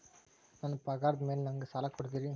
ನನ್ನ ಪಗಾರದ್ ಮೇಲೆ ನಂಗ ಸಾಲ ಕೊಡ್ತೇರಿ?